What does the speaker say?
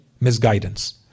misguidance